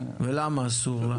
ולמה אסור לה?